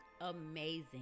amazing